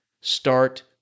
start